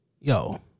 Yo